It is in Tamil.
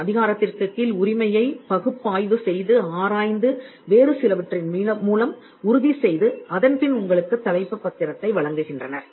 அதன் அதிகாரத்திற்குக் கீழ் உரிமையை பகுப்பாய்வு செய்து ஆராய்ந்து வேறு சிலவற்றின் மூலம் உறுதி செய்து அதன்பின் உங்களுக்குத் தலைப்புப் பத்திரத்தை வழங்குகின்றனர்